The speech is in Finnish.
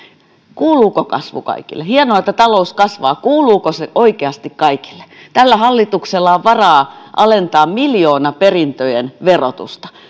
kuuluuko kasvu kaikille hienoa että talous kasvaa kuuluko se oikeasti kaikille tällä hallituksella on varaa alentaa miljoonaperintöjen verotusta